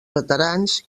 veterans